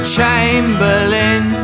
Chamberlain